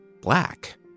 black